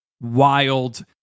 wild